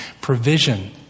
provision